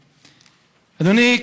אדוני,